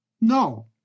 No